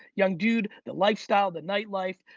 young dude, the lifestyle, the nightlife,